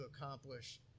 accomplish